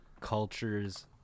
cultures